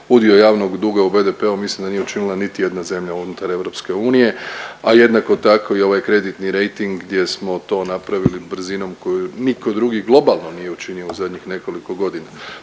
udio javnog duga u BDP-u mislim da nije učinila niti jedna zemlja unutar EU, a jednako tako i ovaj kreditni rejting gdje smo to napravili brzinom koju nitko drugi globalno nije učinio u zadnjih nekoliko godina.